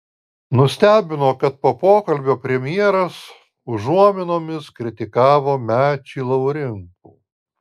nustebino kad po pokalbio premjeras užuominomis kritikavo mečį laurinkų